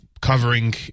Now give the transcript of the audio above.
Covering